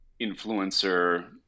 influencer